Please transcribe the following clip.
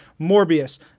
Morbius